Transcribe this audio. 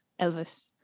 Elvis